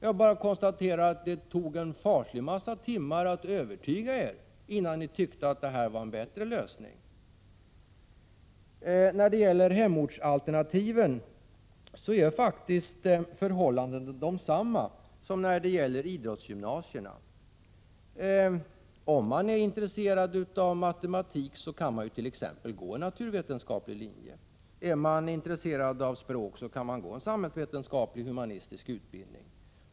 Jag bara konstaterar att det tog en faslig massa timmar att övertyga er om att detta är en bättre lösning. För hemortsalternativet är förhållandena faktiskt desamma som för idrottsgymnasierna. Om man är intresserad av matematik kan man t.ex. gå på naturvetenskaplig linje. Är man intresserad av språk kan man välja samhällsvetenskaplig och humanistisk utbildning.